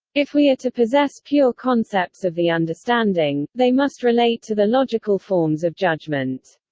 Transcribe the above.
if we are to possess pure concepts of the understanding, they must relate to the logical forms of judgement.